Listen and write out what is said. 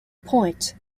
point